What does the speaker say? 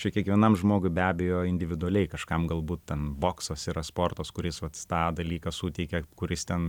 čia kiekvienam žmogui be abejo individualiai kažkam galbūt ten boksas yra sportas kuris vat tą dalyką suteikia kuris ten